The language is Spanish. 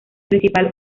principal